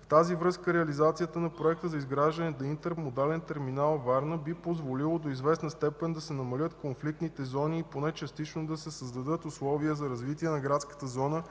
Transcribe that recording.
В тази връзка реализацията на Проекта за изграждане на „Интермодален терминал Варна” би позволило до известна степен да се намалят конфликтните зони и поне частично да се създадат условия за развитие на градската зона